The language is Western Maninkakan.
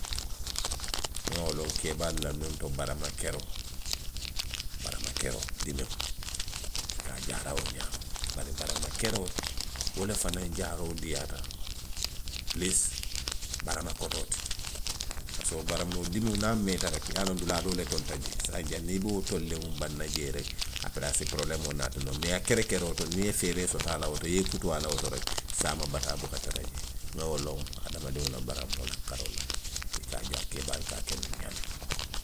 Nŋa wo loŋ keebaalu la nuŋ to, barama keroo. barama keroo, dimiŋo. i ka a jaara wo ňaama. Bari baarama keroo, wo le fanaŋ jaaroo diiyaata pilisii barama kotoo ti; parisiko baramoo, dimiŋo niŋ a meeta reki, i ye a loŋ dulaa doo le tolita jee, saatiŋ janniŋ i be wo tolliŋo banna jee reki, aperee a si porobuleemoo naati noo. Mee a kerekeroo to niŋ i ye feeree soto a la woto, i ye i kutu a la wo to reki, saama bataa buka tara jee. Nŋa wo loŋ hadamadiŋo la baramoo la karoo la, i ka a jaa, keebaalu ka a ke nuŋ ňaamiŋ.